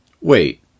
Wait